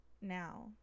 now